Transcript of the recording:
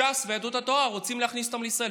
ש"ס ויהדות התורה רוצים להכניס אותם לישראל.